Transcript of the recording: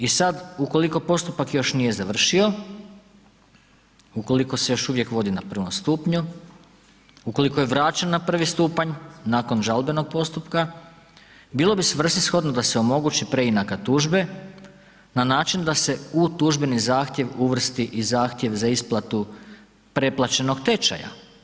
I sad ukoliko postupak još nije završio, ukoliko se još uvijek vodi na prvom stupnju, ukoliko je vraćen na prvi stupanj nakon žalbenog postupka, bilo bi svrsishodno da se omogući preinaka tužbe na način da se u tužbeni zahtjev uvrsti i zahtjev za isplatu preplaćenog tečaja.